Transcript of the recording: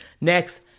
Next